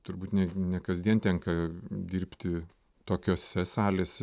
turbūt ne ne kasdien tenka dirbti tokiose salėse